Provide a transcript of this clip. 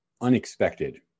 unexpected